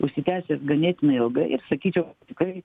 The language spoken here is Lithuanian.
užsitęsęs ganėtinai ilgai ir sakyčiau kai